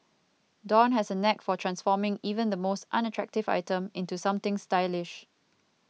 dawn has a knack for transforming even the most unattractive item into something stylish